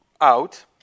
out